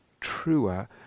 truer